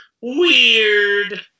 weird